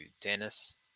Dennis